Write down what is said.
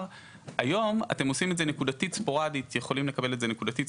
היום אתם יכולים לקבל את זה נקודתית,